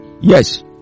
yes